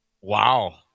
Wow